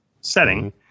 setting